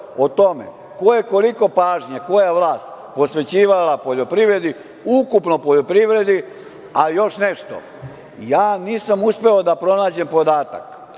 o tome ko je koliko pažnje, koja vlast posvećivala poljoprivredi ukupno. Još nešto, nisam uspeo da pronađem podatak